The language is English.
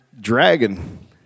dragon